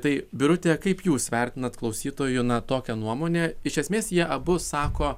tai birute kaip jūs vertinat klausytojų na tokią nuomonę iš esmės jie abu sako